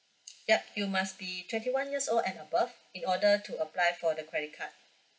yup you must be twenty one years old and above in order to apply for the credit card